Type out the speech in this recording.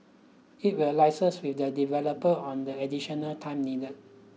it will liaise with the developer on the additional time needed